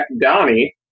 Donnie